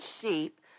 sheep